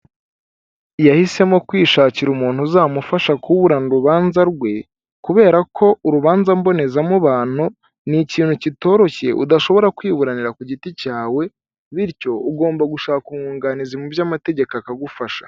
Yahisemo kwishakira umuntu uzamufasha kuburana urubanza rwe, kubera ko urubanza mbonezamubano ni ikintu kitoroshye udashobora kwiburanira ku giti cyawe, bityo ugomba gushaka umwunganizi mu by'amategeko akagufasha.